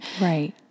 Right